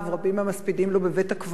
רבים מהמספידים אותו בבית-הקברות.